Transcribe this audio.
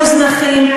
מוזנחים,